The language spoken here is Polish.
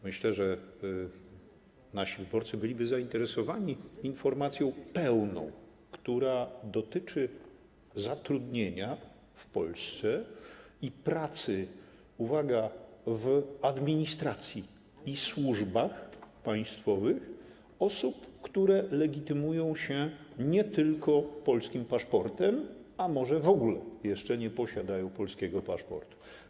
Myślę, że nasi wyborcy byliby zainteresowani pełną informacją, która dotyczy zatrudnienia w Polsce, pracy, uwaga, w administracji i służbach państwowych osób, które legitymują się nie tylko polskim paszportem, a może w ogóle jeszcze nie posiadają polskiego paszportu.